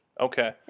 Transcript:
Okay